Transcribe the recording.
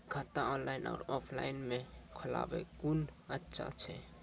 खाता ऑनलाइन और ऑफलाइन म खोलवाय कुन अच्छा छै?